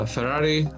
Ferrari